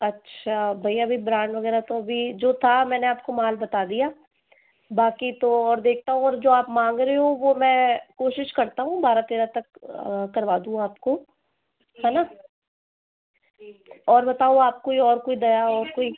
अच्छा भैया ब्रांड वगैरह तो अभी जो था मैंने आपको माल बता दिया बाकि तो और देखता हूँ और जो आप मांग रहे हो वो मैं कोशिश करता हूँ बारह तेरह तक करवा दूँ आपको हैं न और बताओ आप कोई दया और कोई